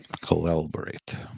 collaborate